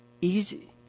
easy